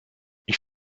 ich